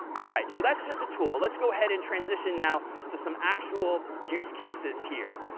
all right. so that's just a tool. let's go ahead and transition now to some actual use cases here.